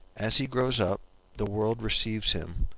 as he grows up the world receives him,